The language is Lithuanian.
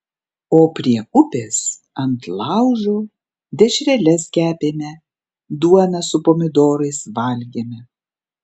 o prie upės ant laužo dešreles kepėme duoną su pomidorais valgėme